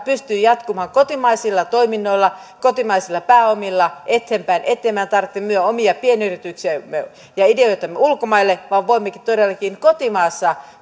pystyy jatkumaan kotimaisilla toiminnoilla kotimaisilla pääomilla eteenpäin ettei meidän tarvitse myydä omia pienyrityksiämme ja ideoitamme ulkomaille vaan voimme todellakin kotimaassa